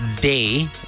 day